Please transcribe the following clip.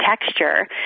texture